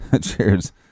cheers